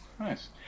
Nice